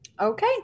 Okay